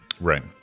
Right